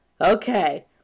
Okay